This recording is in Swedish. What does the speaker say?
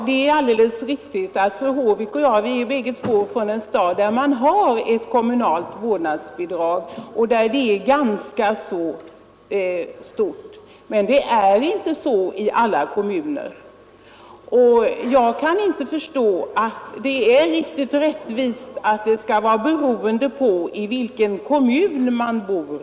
Herr talman! Det är riktigt att fru Håvik och jag har förmånen att vara från en stad som infört ett vårdnadsbidrag som är ganska stort. Men det är inte så i alla kommuner. Jag kan inte tycka att det är rättvist att denna ersättning skall vara beroende på i vilken kommun man bor.